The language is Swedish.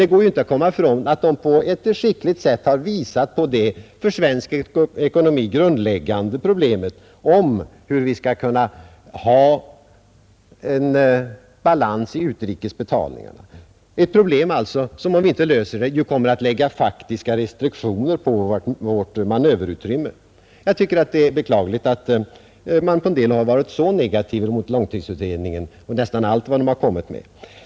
Det går dock inte att komma ifrån att långtidsutredningen på ett skickligt sätt har visat på det för svensk ekonomi grundläggande problemet att åstadkomma balans i utrikesbetalningarna, ett problem alltså som, om det inte löses, kommer att innebära faktiska restriktioner på vårt manöverutrymme. Jag tycker det är beklagligt att man på en del håll varit så negativ mot långtidsutredningen och nästan allt vad den har kommit med.